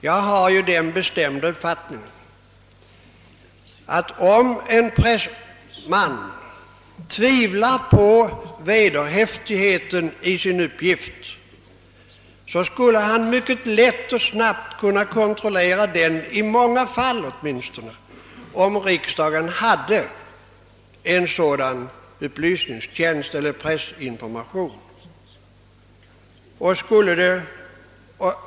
Jag har den bestämda uppfattningen att om en pressman tvivlar på vederhäftigheten i sin uppgift skulle han mycket lätt och snabbt kunna kontrollera den, i många fall åtminstone, om riksdagen hade en dylik upplysningstjänst eller pressinformation.